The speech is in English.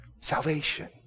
salvation